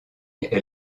est